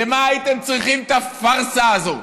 למה הייתם צריכים את הפארסה הזאת?